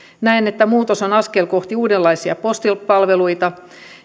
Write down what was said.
näen että muutos on askel kohti uudenlaisia postipalveluita